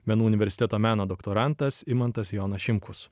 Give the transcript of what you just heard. menų universiteto meno doktorantas imantas jonas šimkus